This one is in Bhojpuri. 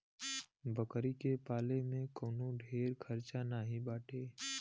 बकरी के पाले में कवनो ढेर खर्चा नाही बाटे